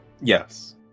Yes